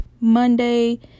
Monday